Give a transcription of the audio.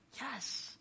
yes